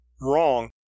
wrong